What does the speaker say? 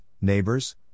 neighbors